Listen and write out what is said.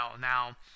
Now